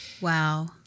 Wow